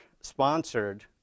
sponsored